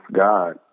God